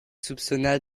soupçonna